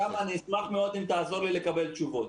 אני אשמח מאוד אם תעזור לי לקבל תשובות.